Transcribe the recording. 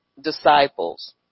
disciples